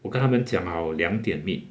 我跟他们讲好两点 meet